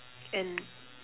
and